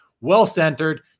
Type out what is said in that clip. Well-centered